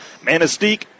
Manistique